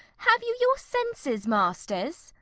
have you your senses, masters?